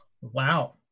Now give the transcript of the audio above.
Wow